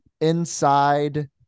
Inside